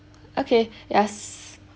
okay yes